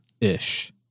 Ish